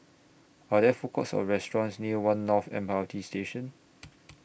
Are There Food Courts Or restaurants near one North M R T Station